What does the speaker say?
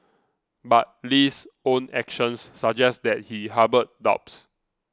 but Lee's own actions suggest that he harboured doubts